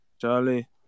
Charlie